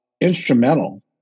instrumental